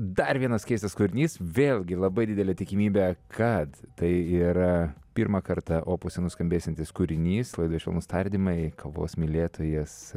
dar vienas keistas kūrinys vėlgi labai didelė tikimybė kad tai ir pirmą kartą opuse nuskambėsiantis kūrinys laidoje švelnūs tardymai kavos mylėtojas